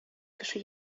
кеше